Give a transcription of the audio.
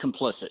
complicit